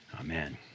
Amen